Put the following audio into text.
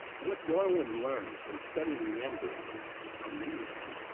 what darwin learned from studying the embryos amazed him.